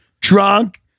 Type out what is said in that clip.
drunk